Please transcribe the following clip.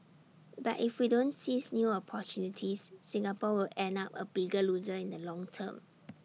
but if we don't seize new opportunities Singapore will end up A bigger loser in the long term